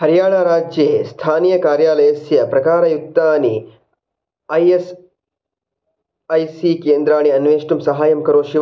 हरियाणाराज्ये स्थानीयकार्यालयस्य प्रकारयुक्तानि A S A C केन्द्राणि अन्वेष्टुं सहाय्यं करोतु